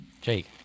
Jake